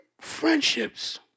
friendships